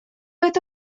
это